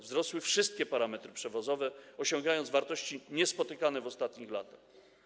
Wzrosły wszystkie parametry przewozowe, osiągając wartości niespotykane w ostatnich latach.